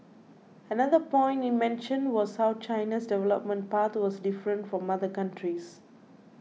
another point he mentioned was how China's development path was different from other countries